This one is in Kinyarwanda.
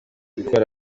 ukora